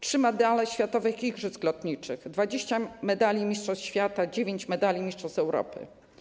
Trzy medale światowych igrzysk lotniczych, 20 medali mistrzostw świata, dziewięć medali mistrzostw Europy.